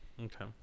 Okay